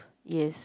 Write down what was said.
yes